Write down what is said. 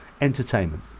entertainment